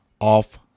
off